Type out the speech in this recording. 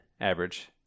average